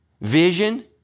vision